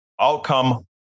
outcome